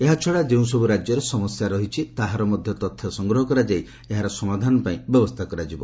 ଏହାଛଡ଼ା ଯେଉଁସବୁ ରାଜ୍ୟରେ ସମସ୍ୟା ରହିଛି ତାହାର ମଧ୍ୟ ତଥ୍ୟ ସଂଗ୍ରହ କରାଯାଇ ଏହାର ସମାଧାନ ପାଇଁ ବ୍ୟବସ୍ଥା କରାଯିବ